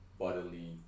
bodily